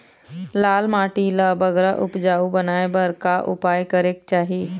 लाल माटी ला बगरा उपजाऊ बनाए बर का उपाय करेक चाही?